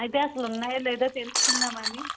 అయితే అసలు ఉన్నాయో లేదో తెలుసుకుందామని